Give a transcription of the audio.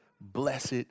Blessed